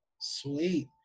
sweet